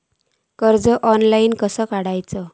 कर्ज ऑनलाइन कसा काडूचा?